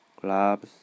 clubs